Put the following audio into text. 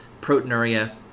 proteinuria